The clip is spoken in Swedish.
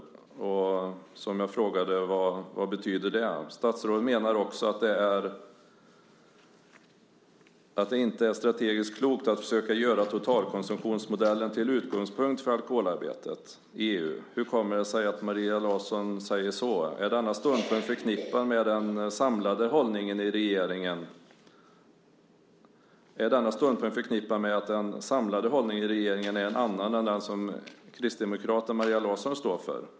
Vad betyder det? Statsrådet menar också att det inte är strategiskt klokt att försöka göra totalkonsumtionsmodellen till utgångspunkt för alkoholarbetet i EU. Hur kommer det sig att Maria Larsson säger så? Är denna ståndpunkt förknippad med att den samlade hållningen i regeringen är en annan än den som kristdemokraten Maria Larsson står för?